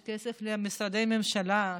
יש כסף למשרדי ממשלה,